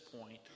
point